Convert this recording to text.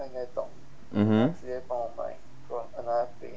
mmhmm